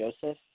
Joseph